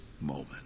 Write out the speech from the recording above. moment